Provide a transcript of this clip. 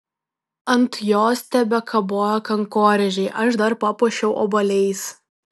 ant jos tebekabojo kankorėžiai aš dar papuošiau obuoliais